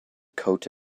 coat